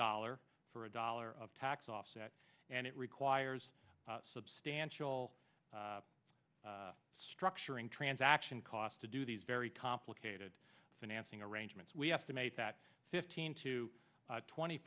dollar for a dollar of tax offset and it requires substantial structuring transaction cost to do these very complicated financing arrangements we estimate that fifteen to twenty